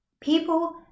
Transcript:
People